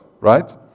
Right